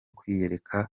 kwiyereka